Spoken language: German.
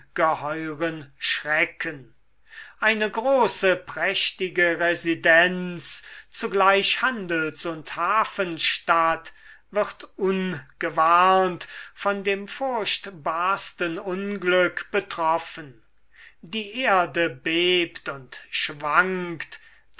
ungeheuren schrecken eine große prächtige residenz zugleich handels und hafenstadt wird ungewarnt von dem furchtbarsten unglück betroffen die erde bebt und schwankt